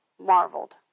marveled